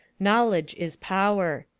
knowledge is power.